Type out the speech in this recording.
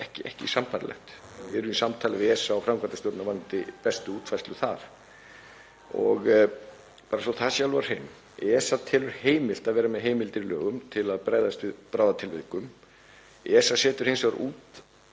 ekki sambærilegt en við erum í samtali við ESA og framkvæmdastjórnina varðandi bestu útfærslu þar. Bara svo það sé alveg á hreinu: ESA telur heimilt að vera með heimildir í lögum til að bregðast við bráðatilvikum. ESA setur hins vegar út